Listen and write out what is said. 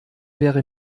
wäre